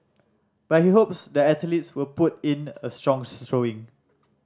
but he hopes the athletes will put in a strong showing